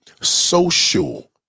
Social